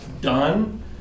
done